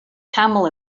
camel